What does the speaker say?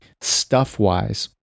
stuff-wise